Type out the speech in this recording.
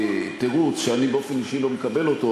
תירוץ שאני באופן אישי לא מקבל אותו,